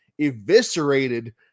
eviscerated